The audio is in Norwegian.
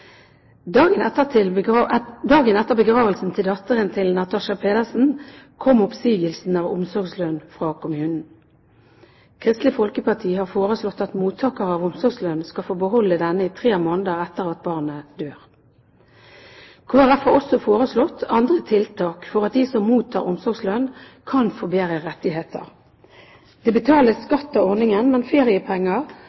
Dagen etter begravelsen til datteren til Natasha Pedersen kom oppsigelsen av omsorgslønn fra kommunen. Kristelig Folkeparti har foreslått at mottakere av omsorgslønn skal få beholde denne i tre måneder etter at barnet dør. Kristelig Folkeparti har også foreslått andre tiltak for at de som mottar omsorgslønn, kan få bedre rettigheter. Det betales